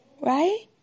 right